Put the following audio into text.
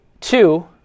Two